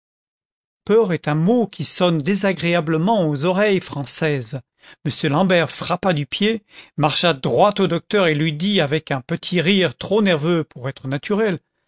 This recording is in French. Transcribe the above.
peur est un mot qui sonne désagréablement aux oreilles françaises m l'ambert frappa du pied marcha droit au docteur et lui dit avec un petit rire trop nerveux pour être naturel